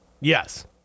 Yes